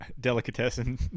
delicatessen